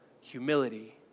humility